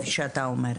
כפי שאתה אומר.